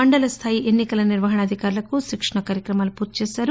మండల స్లాయి ఎన్ని కల నిర్వహణ అధికారులకు శిక్షణ కార్యక్రమాలు పూర్తి చేశారు